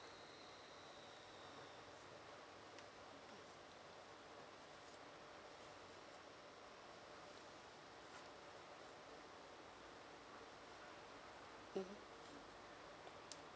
mmhmm